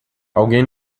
alguém